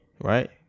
right